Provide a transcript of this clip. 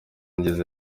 ngeze